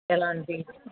ఎలాంటి